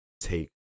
take